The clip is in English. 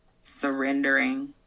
surrendering